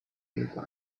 nearby